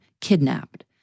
kidnapped